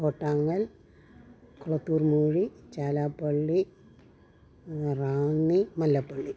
Kottangal Kolathurmoozhi Chalappally Ranni Mallappally